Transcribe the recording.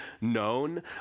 known